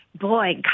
Boy